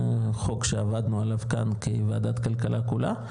זהו חוק שעבדנו עליו כאן, כוועדת הכלכלה כולה,